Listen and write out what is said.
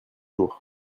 jours